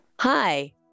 Hi